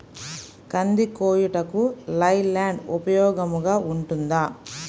కంది కోయుటకు లై ల్యాండ్ ఉపయోగముగా ఉంటుందా?